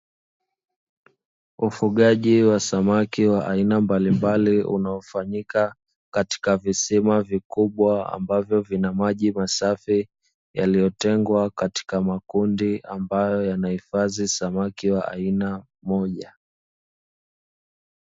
Ufugaji wa samaki wa aina mbalimbali, unaofanyika katika visima vikubwa, ambavyo vina maji masafi yaliyotengwa katika makundi ambayo yanahifadhi samaki wa aina moja.